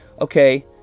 okay